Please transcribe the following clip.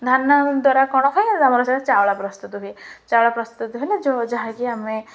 ଧାନ ଦ୍ୱାରା କ'ଣ ହୁଏ ଆମର ସେରେ ଚାଉଳ ପ୍ରସ୍ତୁତ ହୁଏ ଚାଉଳ ପ୍ରସ୍ତୁତ ହେଲେ ଯେଉଁ ଯାହାକି ଆମେ